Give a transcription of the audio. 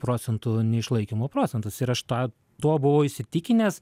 procentų neišlaikymo procentas ir aš tą tuo buvau įsitikinęs